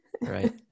right